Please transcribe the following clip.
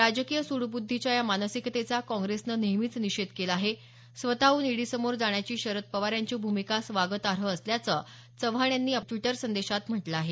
राजकीय सूडबुद्धीच्या या मानसिकतेचा काँग्रेसनं नेहमीच निषेध केला आहे स्वतःहून ईडीसमोर जाण्याची शरद पवार यांची भूमिका स्वागतार्ह असल्याचं चव्हाण यांनी आपल्या ट्वीटर संदेशात म्हटलं आहे